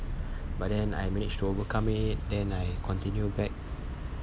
but then I managed to overcome it then I continue back